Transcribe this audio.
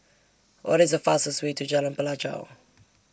What IS The fastest Way to Jalan Pelajau